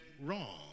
wrong